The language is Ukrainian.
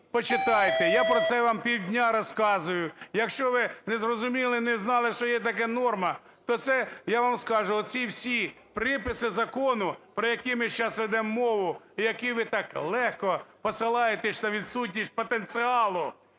почитайте, я про це вам півдня розказую. Якщо ви не зрозуміли, не знали, що є така норма, то це, я вам скажу, оці всі приписи закону, про які ми сейчас ведемо мову і які ви так легко посилаєтесь на відсутність потенціалу,